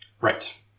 Right